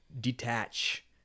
detach